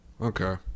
Okay